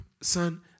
son